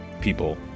people